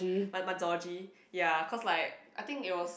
ya cause like I think it was